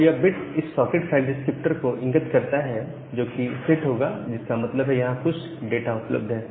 तो यह बिट इस सॉकेट फाइल डिस्क्रिप्टर को इंगित करता है जो कि सेट होगा इसका मतलब है यहां कुछ डाटा उपलब्ध है